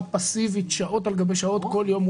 עניים,